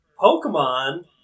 Pokemon